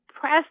press